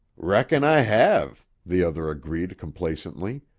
reckon i hev, the other agreed complacently.